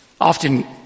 Often